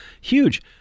huge